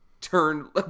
turn